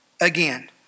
again